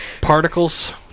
particles